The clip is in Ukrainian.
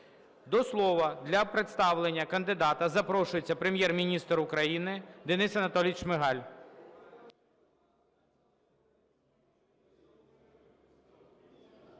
До слова для представлення кандидата запрошується Прем'єр-міністр України Денис Анатолійович Шмигаль.